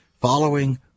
following